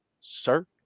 sir